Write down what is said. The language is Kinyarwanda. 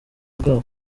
bwabo